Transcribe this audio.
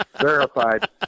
Verified